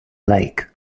lake